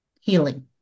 healing